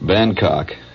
Bangkok